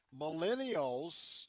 millennials